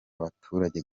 abaturage